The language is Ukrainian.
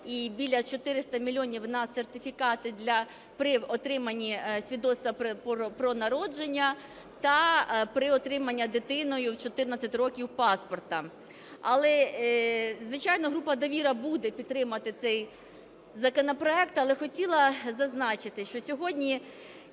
і біля 400 мільйонів на сертифікати при отриманні свідоцтва про народження та при отриманні дитиною в 14 років паспорта. Звичайно, група "Довіра" буде підтримувати цей законопроект. Але хотіла зазначити, що сьогодні